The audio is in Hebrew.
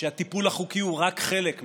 שהטיפול החוקי הוא רק חלק מהם,